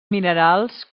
minerals